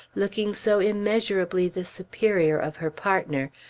looking so immeasurably the superior of her partner,